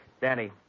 Danny